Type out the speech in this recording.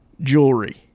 jewelry